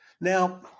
Now